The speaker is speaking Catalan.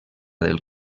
del